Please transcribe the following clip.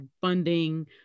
funding